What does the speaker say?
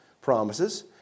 promises